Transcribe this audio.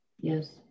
Yes